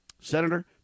senator